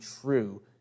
true